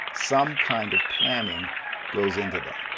some kind of planning goes into them.